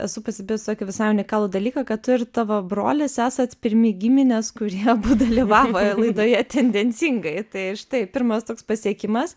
esu pastebėjus tokį visai unikalų dalyką kad tu ir tavo brolis esat pirmi giminės kurie abu dalyvavo laidoje tendencingai tai štai pirmas toks pasiekimas